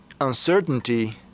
uncertainty